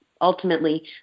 ultimately